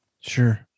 Sure